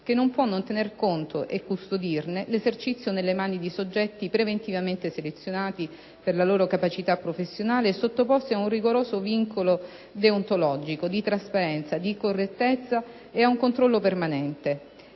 che non può non tenerne conto e custodirne l'esercizio nelle mani di soggetti preventivamente selezionati per la loro capacità professionale e sottoposti ad un rigoroso vincolo deontologico (di trasparenza e di correttezza) e ad un controllo permanente.